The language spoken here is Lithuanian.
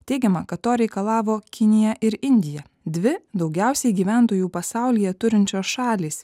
teigiama kad to reikalavo kinija ir indija dvi daugiausiai gyventojų pasaulyje turinčios šalys